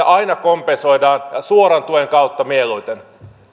aina kompensoidaan suoran tuen kautta mieluiten